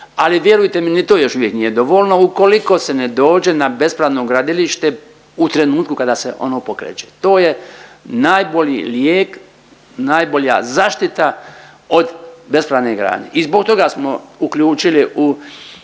Ali vjerujte mi ni to još uvijek nije dovoljno ukoliko se ne dođe na bespravno gradilište u trenutku kada se ono pokreće. To je najbolji lijek, najbolja zaštita od bespravne gradnje i zbog toga smo uključili u